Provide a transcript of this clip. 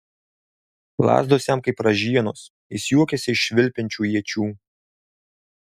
lazdos jam kaip ražienos jis juokiasi iš švilpiančių iečių